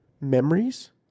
memories